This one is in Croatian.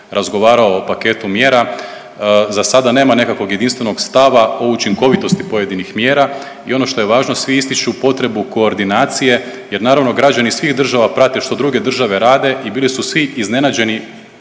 razgovarao o paketu mjera. Za sada nema nekakvog jedinstvenog stava o učinkovitosti pojedinih mjera i ono što je važno svi ističu potrebu koordinacije jer naravno građani svih država prate što druge države rade i bili su svi iznenađeni